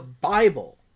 Bible